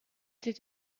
did